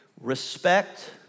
respect